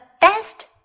best